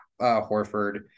Horford